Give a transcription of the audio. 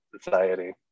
society